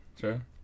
sure